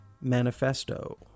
Manifesto